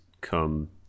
come